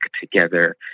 together